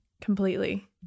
completely